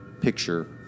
picture